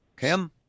Kim